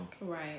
right